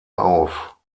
auf